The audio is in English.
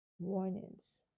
warnings